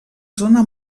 zona